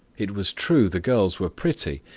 it was true the girls were pretty,